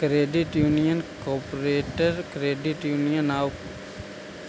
credit union corporate credit union आउ